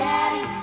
Daddy